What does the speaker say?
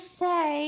say